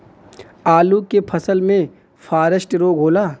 आलू के फसल मे फारेस्ट रोग होला?